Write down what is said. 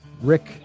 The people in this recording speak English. Rick